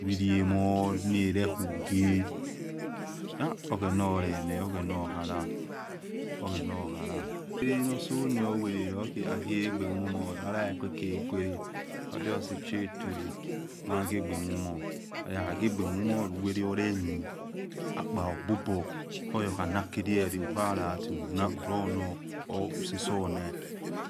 Eriemor narekhughie oghena olene oghena okhala oghena okhala uwelo no se ne uwele aghiogbe mumor, alalikuokheguere ah justi ehietoli maghiegbe mumoa akhaguegbe muma luwete oremie akpadobor oyakhanarkeriere luhalali y run oh or uruonali